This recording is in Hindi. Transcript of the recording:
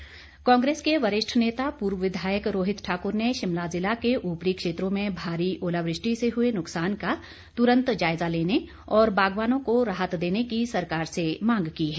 रोहित ठाकुर कांग्रेस के वरिष्ठ नेता पूर्व विधायक रोहित ठाकुर ने शिमला ज़िला के ऊपरी क्षेत्रों में भारी ओलावृष्टि से हुए नुकसान का तुरन्त जायजा लेने और बागवानों को राहत देने की सरकार से मांग की है